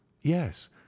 yes